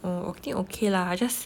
oh okay okay lah just